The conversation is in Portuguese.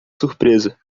surpresa